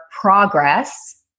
progress